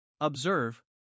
Observe